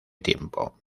tiempo